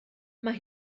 mae